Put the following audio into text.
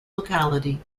locality